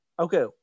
Okay